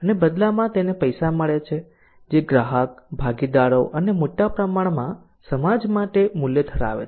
અને બદલામાં તેને પૈસા મળે છે જે ગ્રાહક ભાગીદારો અને મોટા પ્રમાણમાં સમાજ માટે મૂલ્ય ધરાવે છે